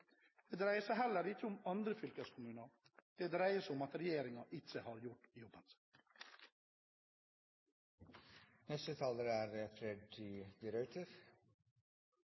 dreier seg heller ikke om andre fylkeskommuner. Det dreier seg om at regjeringen ikke har gjort jobben